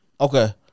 Okay